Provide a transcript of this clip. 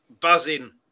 buzzing